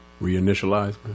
reinitialize